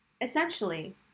essentially